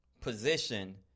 position